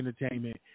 entertainment